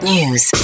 News